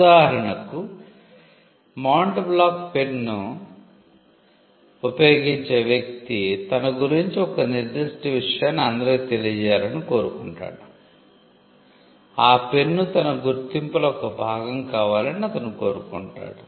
ఉదాహరణకు Mont Blanc pen ఉపయోగించే వ్యక్తి తన గురించి ఒక నిర్దిష్ట విషయాన్ని అందరికి తెలియజేయాలని కోరుకుంటాడు పెన్ తన గుర్తింపులో ఒక భాగం కావాలని అతను కోరుకుంటాడు